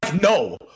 no